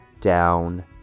down